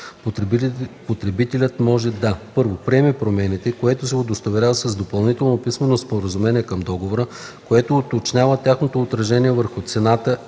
Потребителят може да: 1. приеме промените, което се удостоверява с допълнително писмено споразумение към договора, което уточнява тяхното отражение върху цената,